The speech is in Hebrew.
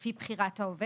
לפי בחירת העובד,